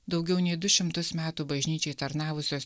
daugiau nei du šimtus metų bažnyčiai tarnavusios